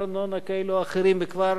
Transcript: וכבר נאמר,